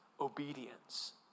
obedience